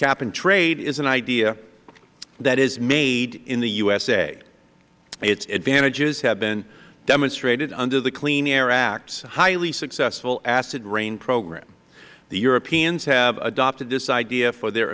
cap and trade is an idea that is made in the u s a its advantages have been demonstrated under the clean air act's highly successful acid rain program the europeans have adopted this idea for their